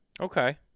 Okay